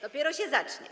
Dopiero się zacznie.